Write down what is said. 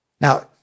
Now